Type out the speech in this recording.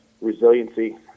resiliency